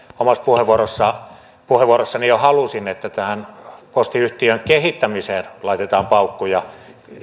omassa puheenvuorossani jo halusin että tähän posti yhtiön kehittämiseen laitetaan paukkuja